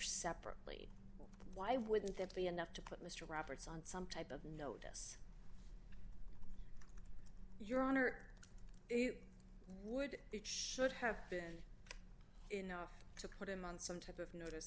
separately why wouldn't that be enough to put mr roberts on some type of notice your honor it would be should have been enough to put him on some type of